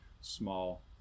small